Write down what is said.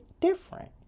different